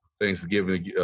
Thanksgiving